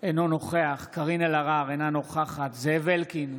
אינו נוכח קארין אלהרר, אינה נוכחת זאב אלקין,